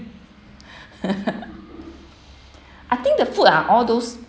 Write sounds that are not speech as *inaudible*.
*laughs* I think the food are all those